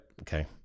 Okay